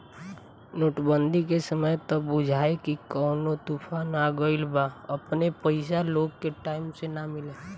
note बंदी के समय त बुझाए की कवनो तूफान आ गईल बा अपने पईसा लोग के टाइम से ना मिले